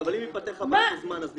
אבל אם תיפתר בעיית הזמן, זה נגמר?